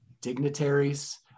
dignitaries